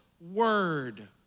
Word